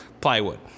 plywood